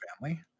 family